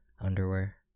Underwear